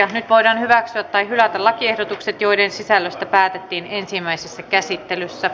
nyt voidaan hyväksyä tai hylätä lakiehdotukset joiden sisällöstä päätettiin ensimmäisessä käsittelyssä